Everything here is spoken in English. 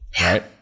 right